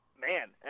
man